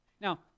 Now